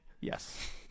Yes